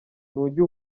ntujya